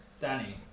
danny